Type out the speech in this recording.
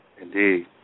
Indeed